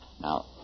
Now